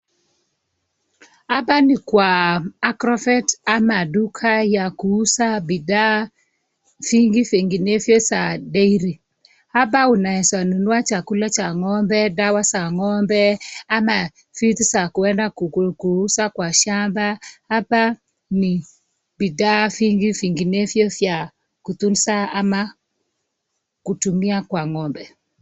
Hapa ni kwa Agrovet ama duka ya kuuza bidhaa vingi vinginevyo za dairy .Hapa unaweza nunua chakula cha ng'ombe ,dawa za ng'ombe ama vitu za kuenda kuuza kwa shamba ,hapa ni ni bidha vingi vinginevyo vya kutunza ama kutumia kwa ng'ombe.